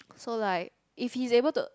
so like if he's able to